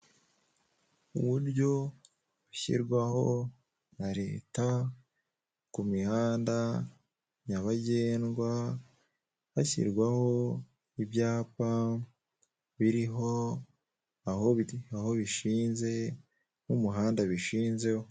Uburyo bushyirwaho na leta ku mihanda nyabagendwa hashyirwaho ibyapa biriho aho bishinze n'umuhanda bishinzeho.